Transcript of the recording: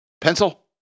Pencil